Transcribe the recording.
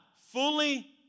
fully